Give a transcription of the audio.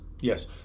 yes